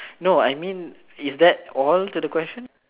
no I mean is that all to the question